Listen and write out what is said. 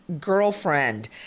girlfriend